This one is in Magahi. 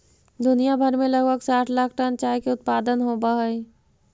दुनिया भर में लगभग साठ लाख टन चाय के उत्पादन होब हई